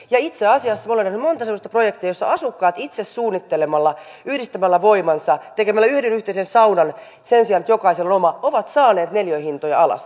itse asiassa minä olen nähnyt monta semmoista projektia jossa asukkaat itse suunnittelemalla yhdistämällä voimansa tekemällä yhden yhteisen saunan sen sijaan että jokaisella on oma ovat saaneet neliöhintoja alas